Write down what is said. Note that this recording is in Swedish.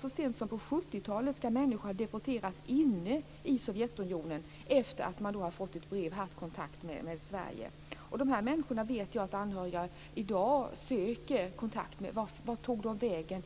Så sent som på 70-talet ska människor ha deporterats inne i Sovjetunionen efter att de har haft kontakt via brev med Sverige. Jag vet att anhöriga till dessa människor i dag försöker ta reda på vad som hände med dem